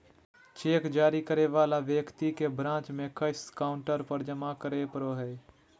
cheque जारी करे वाला व्यक्ति के ब्रांच में कैश काउंटर पर जमा करे पड़ो हइ